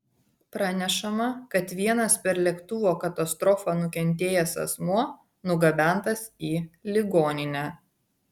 pranešama kad vienas per lėktuvo katastrofą nukentėjęs asmuo nugabentas į ligoninę